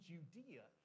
Judea